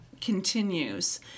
continues